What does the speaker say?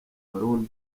ballon